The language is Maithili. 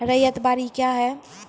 रैयत बाड़ी क्या हैं?